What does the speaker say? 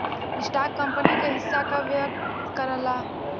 stock company क हिस्सा का व्यक्त करला